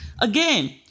Again